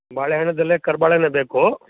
ಬಾಳೆಹಣ್ದಲ್ಲಿ ಕರಿಬಾಳೆನೆ ಬೇಕು